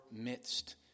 midst